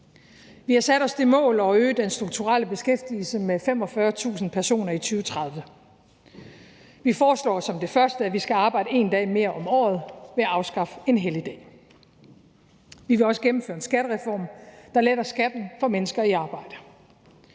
Vi har sat os det mål at øge den strukturelle beskæftigelse med 45.000 personer i 2030. Vi foreslår som det første, at vi skal arbejde en dag mere om året ved at afskaffe en helligdag. Vi vil også gennemføre en skattereform, der letter skatten for mennesker i arbejde.